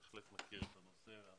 בהחלט מכיר את הנושא.